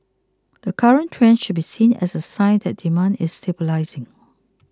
the current trend should be seen as a sign that demand is stabilising